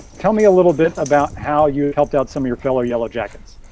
tell me a little bit about how you helped out some of your fellow yellow jackets?